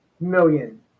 million